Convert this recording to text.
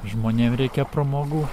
žmonėm reikia pramogų